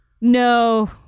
No